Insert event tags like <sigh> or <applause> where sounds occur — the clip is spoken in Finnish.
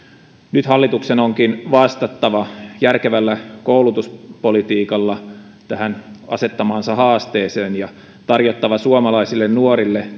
nyt hallituksen onkin vastattava järkevällä koulutuspolitiikalla tähän asettamaansa haasteeseen ja tarjottava suomalaisille nuorille <unintelligible>